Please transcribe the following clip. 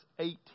18